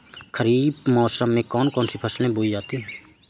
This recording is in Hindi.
खरीफ मौसम में कौन कौन सी फसलें बोई जाती हैं?